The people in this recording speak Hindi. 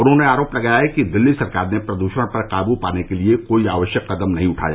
उन्होंने आरोप लगाया कि दिल्ली सरकार ने प्रदूषण पर काबू पाने के लिए कोई आवश्यक कदम नहीं उठाया